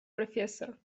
профессор